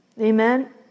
amen